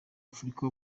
afrika